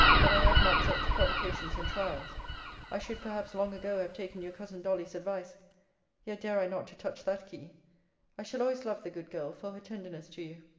that i have not such provocations and trials i should perhaps long ago have taken your cousin dolly's advice yet dare i not to touch that key i shall always love the good girl for her tenderness to you.